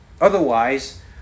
otherwise